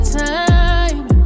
time